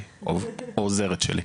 היא העוזרת שלי.